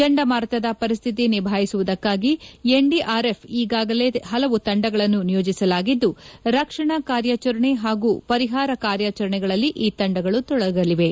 ಚಂಡಮಾರುತದ ಪರಿಸ್ಥಿತಿ ನಿಭಾಯಿಸುವುದಕ್ಕಾಗಿ ಎನ್ಡಿಆರ್ಎಫ್ ಈಗಾಗಲೇ ಹಲವು ತಂಡಗಳನ್ನು ನಿಯೋಜಿಸಲಾಗಿದ್ದು ರಕ್ಷಣಾ ಕಾರ್ಯಾಚರಣೆ ಹಾಗೂ ಪರಿಹಾರ ಕಾರ್ಯಾಚರಣೆಗಳಲ್ಲಿ ಈ ತಂಡಗಳು ತೊಡಗಲಿವೆ